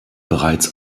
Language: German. bereits